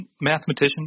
mathematician